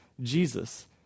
Jesus